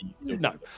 no